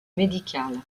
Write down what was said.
médicale